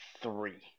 three